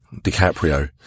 DiCaprio